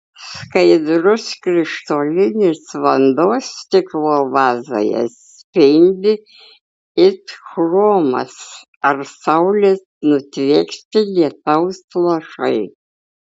skaidrus krištolinis vanduo stiklo vazoje spindi it chromas ar saulės nutvieksti lietaus lašai